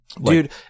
dude